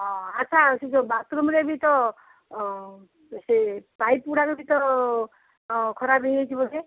ହଁ ଆସ ଆସିଛ ତ ବାଥରୁମ୍ରେ ବି ତ ସେ ପାଇପ୍ଗୁଡ଼ା ବି ତ ଖରାପ ହୋଇଯାଇଛି ବୋଧେ